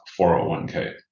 401k